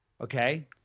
Okay